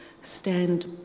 stand